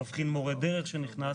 תבחין מורי דרך שנכנס,